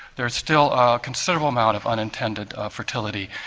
there is still a considerable amount of unintended fertility,